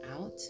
out